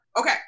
Okay